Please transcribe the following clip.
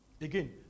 Again